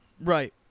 Right